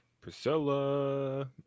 Priscilla